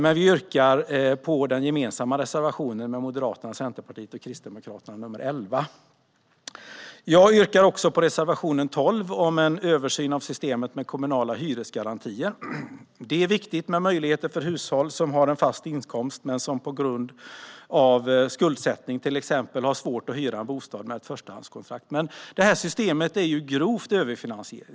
Jag yrkar bifall till den gemensamma reservationen 11 från Moderaterna, Centerpartiet och Kristdemokraterna. Jag yrkar också bifall till den gemensamma reservationen 12 om en översyn av systemet med kommunala hyresgarantier. Det är viktigt med möjligheter för hushåll som har en fast inkomst men som på grund av till exempel skuldsättning inte ges möjlighet att hyra en bostad att kunna få ett förstahandskontrakt. Det här systemet är dock grovt överfinansierat.